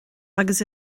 agus